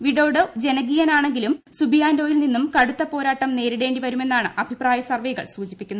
Widodo ജനകീയനാണെങ്കിലും സുബിയാന്റൊയിൽ നിന്നും കടുത്ത പോരാട്ടം നേരിടേണ്ടി വരുമെന്നാണ് അഭിപ്രായ സർവേകൾ സൂചിപ്പിക്കുന്നത്